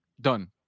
Done